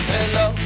Hello